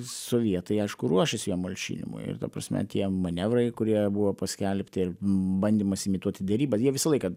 sovietai aišku ruošėsi jo malšinimui ir ta prasme tie manevrai kurie buvo paskelbti ir bandymas imituoti derybas jie visą laiką